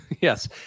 Yes